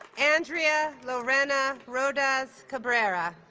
andrea lorena rodas cabrera